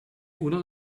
uno